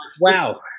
Wow